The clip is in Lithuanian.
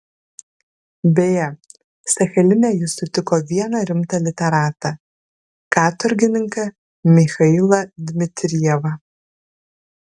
beje sachaline jis sutiko vieną rimtą literatą katorgininką michailą dmitrijevą